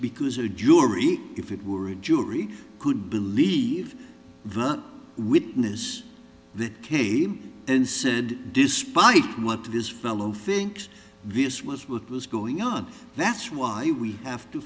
because a jury if it were a jury could believe the witness that came and said despite what this fellow thinks this was what was going on that's why we have to